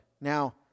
Now